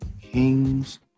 kings